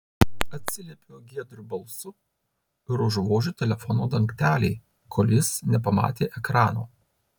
atsiliepiu giedru balsu ir užvožiu telefono dangtelį kol jis nepamatė ekrano